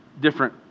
different